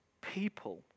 people